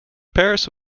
pairs